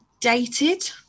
dated